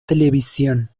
televisión